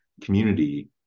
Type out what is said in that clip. community